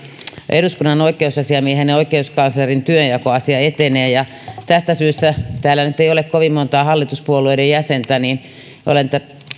eduskunnan oikeusasiamiehen ja oikeuskanslerin työnjakoasia etenee ja tästä syystä täällä nyt ei ole kovin montaa hallituspuolueiden jäsentä olen